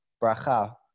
bracha